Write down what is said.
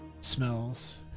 smells